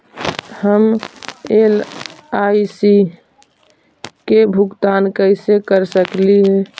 हम एल.आई.सी के भुगतान कैसे कर सकली हे?